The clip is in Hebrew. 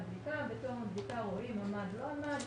בדיקה ובתום הבדיקה רואים אם הוא עמד או לא עמד,